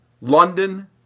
London